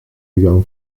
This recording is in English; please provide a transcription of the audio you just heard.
began